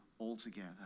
altogether